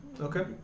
Okay